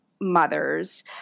mothers